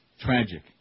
Tragic